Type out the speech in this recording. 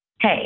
Hey